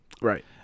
Right